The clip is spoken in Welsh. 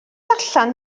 allan